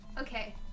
Okay